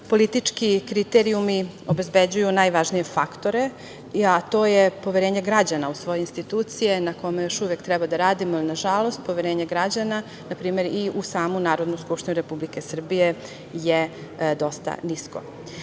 Politički kriterijumi obezbeđuju najvažnije faktore, a to je poverenje građana u svoje institucije na kome još uvek treba da radimo nažalost. Poverenje građana i u samu Narodnu skupštinu Republike Srbije je dosta nisko. Još